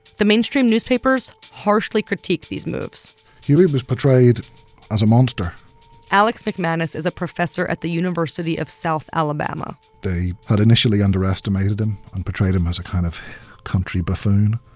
the mainstream newspapers harshly critiqued these moves huey was portrayed as a monster alex mcmanus is a professor at the university of south alabama they had initially underestimated him and portrayed him as a kind of country buffoon.